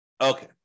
Okay